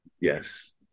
Yes